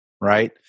right